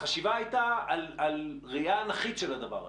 החשיבה הייתה על ראייה אנכית של הדבר הזה.